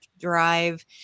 drive